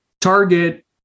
target